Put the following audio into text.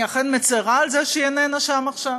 ואני אכן מצרה על זה שהיא איננה שם עכשיו,